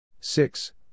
Six